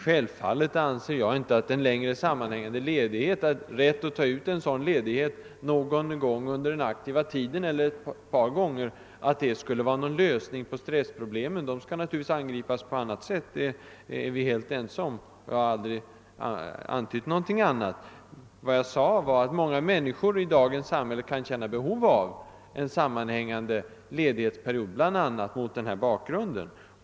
Naturligtvis anser jag inte att rätten att en eller ett par gånger under den aktiva tiden ta ut en längre sammanhängande ledighet skulle vara någon lösning på stressproblemen. De skall naturligtvis angripas på annat sätt. Det är vi helt ense om. Jag har heller aldrig antytt något annat. Vad jag sade var att många människor i dagens samhälle kan känna behov av en sammanhängande ledighetsperiod, bl.a. mot den bakgrund jag angav.